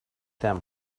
them